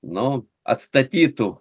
nu atstatytų